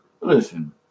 listen